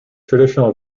traditional